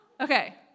Okay